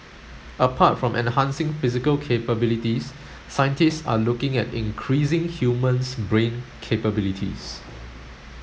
apart from enhancing physical capabilities scientists are looking at increasing human's brain capabilities